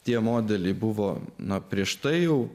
tie modeliai buvo nuo prieš tai jau